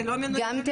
זה לא מינוי בטלפון?